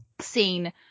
scene